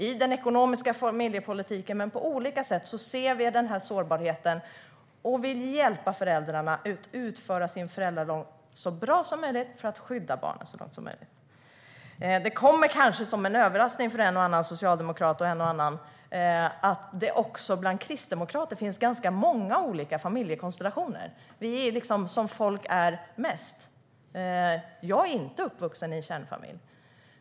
I den ekonomiska familjepolitiken och på olika sätt ser vi den sårbarheten, och vi vill hjälpa föräldrarna att utföra sin föräldraroll så bra som möjligt för att skydda barnen så långt som möjligt. Det kommer kanske som en överraskning för en och annan socialdemokrat att det också bland kristdemokrater finns ganska många olika familjekonstellationer. Vi är som folk är mest. Jag är inte uppvuxen i en kärnfamilj.